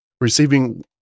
receiving